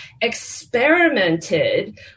experimented